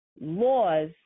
laws